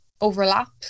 overlap